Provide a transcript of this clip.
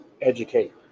educate